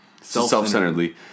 self-centeredly